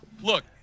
Look